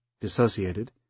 dissociated